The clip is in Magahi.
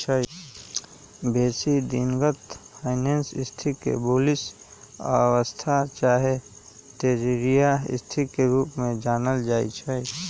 बेशी दिनगत फाइनेंस स्थिति के बुलिश अवस्था चाहे तेजड़िया स्थिति के रूप में जानल जाइ छइ